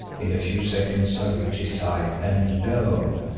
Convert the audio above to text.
in a few seconds i reached his side, and lo!